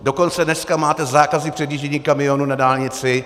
Dokonce dneska máte zákazy předjíždění kamionů na dálnici.